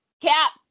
Cap